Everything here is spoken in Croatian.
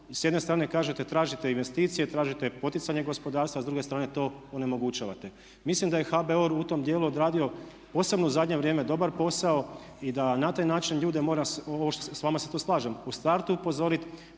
s jedne strane kažete tražite investicije, tražite poticanje gospodarstva, a s druge strane to onemogućavate. Mislim da je HBOR u tom dijelu odradio posebno u zadnje vrijeme dobar posao i da na taj način ljude mora, s vama se tu slažem u startu upozoriti